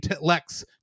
lex